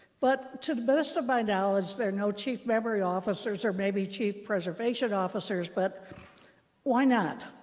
but to the best of my knowledge, there are no chief memory officers, or maybe chief preservation officers. but why not?